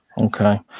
Okay